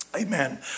Amen